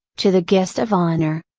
to the guest of honor.